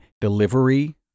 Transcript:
delivery